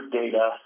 data